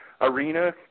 arena